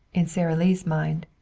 in sara lee's mind,